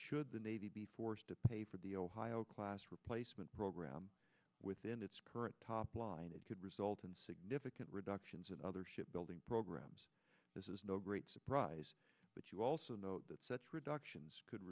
should the navy be forced to pay for the ohio class replacement program within its current top line it could result in significant reductions in other shipbuilding programs this is no great surprise but you also note that such reductions could